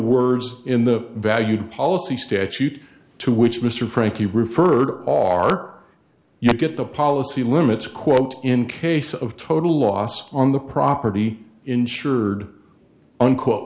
words in the value policy statute to which mr frankie referred are you get the policy limits quote in case of total loss on the property insured unquote